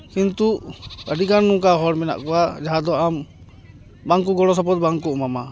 ᱠᱤᱱᱛᱩ ᱟᱹᱰᱤᱜᱟᱱ ᱚᱱᱠᱟ ᱦᱚᱲ ᱢᱮᱱᱟᱜ ᱠᱚᱣᱟ ᱡᱟᱦᱟᱸ ᱫᱚ ᱵᱟᱝ ᱠᱚ ᱜᱚᱲᱚ ᱥᱚᱯᱚᱦᱚᱫ ᱵᱟᱝᱠᱚ ᱮᱢᱟᱢᱟ